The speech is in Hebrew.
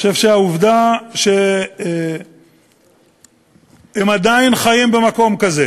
אני חושב שהעובדה שהם עדיין חיים במקום כזה,